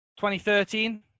2013